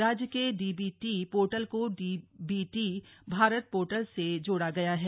राज्य के DBT portal को डीबीटी भारत पोर्टल से जोड़ा गया है